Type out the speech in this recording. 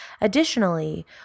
Additionally